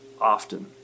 often